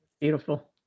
Beautiful